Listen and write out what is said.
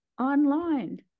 online